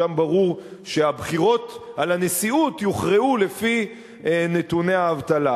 שם ברור שהבחירות על הנשיאות יוכרעו לפי נתוני האבטלה.